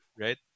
right